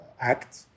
act